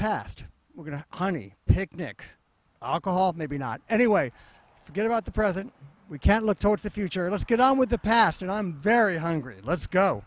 past we're going to honey picnic i'll call maybe not anyway forget about the present we can't look towards the future let's get on with the past and i'm very hungry let's go